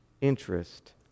interest